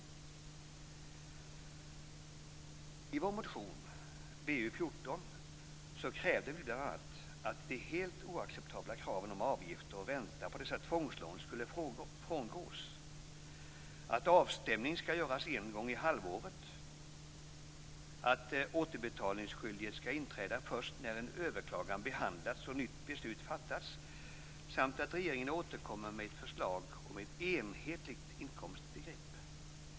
I vår motion Bo14 krävde vi bl.a. att de helt oacceptabla kraven om avgifter och ränta på dessa tvångslån skulle frångås, att avstämning skall göras en gång i halvåret, att återbetalningsskyldighet skall inträda först när en överklagan behandlats och nytt beslut fattats samt att regeringen återkommer med ett förslag om ett enhetligt inkomstbegrepp.